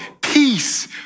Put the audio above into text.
peace